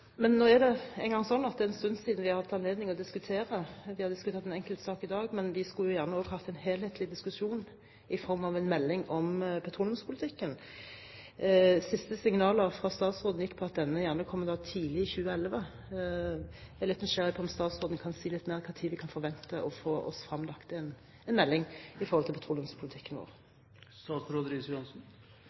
Nå er det engang slik at det er en stund siden vi har hatt anledning til å diskutere petroleumspolitikken. Vi har diskutert en enkelt sak i dag, men vi skulle gjerne også hatt en helhetlig diskusjon i form av en melding om petroleumspolitikken. De siste signalene fra statsråden gikk på at denne kommer tidlig i 2011. Jeg er litt nysgjerrig på om statsråden kan si litt mer om når vi kan forvente å få